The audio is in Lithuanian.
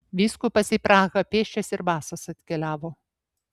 vyskupas į prahą pėsčias ir basas atkeliavo